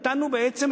בעצם,